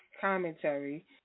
commentary